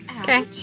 Okay